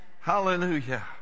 Hallelujah